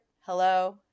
Hello